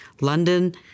London